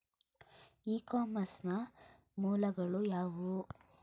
E commerce ನ ಮೂಲಗಳು ಯಾವುವು?